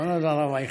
נכון, הרב אייכלר?